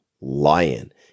lion